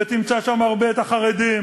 ותמצא שם הרבה את החרדים,